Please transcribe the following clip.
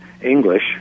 English